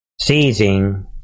seizing